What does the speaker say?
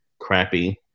crappy